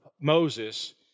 Moses